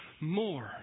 more